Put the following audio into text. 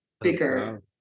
bigger